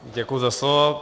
Děkuju za slovo.